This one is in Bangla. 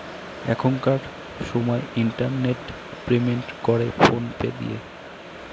এখনকার সময় ইন্টারনেট পেমেন্ট করে ফোন পে দিয়ে